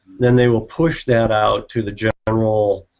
then they will push that out to the general.